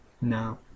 no